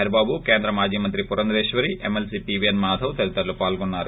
హరిబాబు కేంద్ర మాజీ మంత్రి పురంధరేశ్వరి ఎమ్మెల్సీ పివిఎస్ మాధవ్ తదితరులు పాల్గొన్నారు